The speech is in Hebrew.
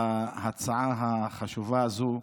בהצעה החשובה הזאת,